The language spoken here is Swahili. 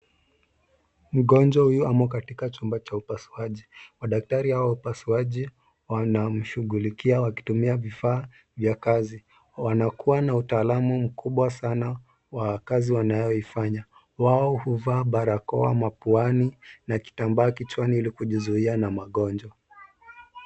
Mgonjwa huyu amo katika chumba cha upasuaji. Madaktari hao wa upasuaji wanamshughulikia wakitumia vifaa vya kazi. Wanakuwa na utaalam mkubwa sana wa kazi wanayoifanya. Wao huvaa barakoa mapuani na kitambaa kichwani ili kujizuia na magonjwa.